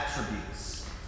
attributes